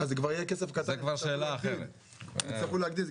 יצטרכו להגדיל.